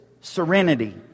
serenity